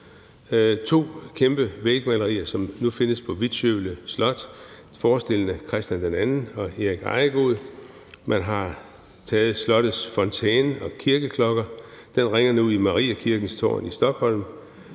to kæmpe vægmalerier, som nu findes på Vittskövle Slot, forestillende Christian II og Erik Ejegod; man har taget slottets fontæne og kirkeklokke, som nu ringer i Mariakirkens tårn i Stockholm;